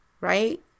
right